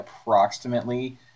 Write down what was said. approximately